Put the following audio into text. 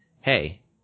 hey